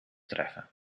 treffen